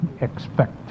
expect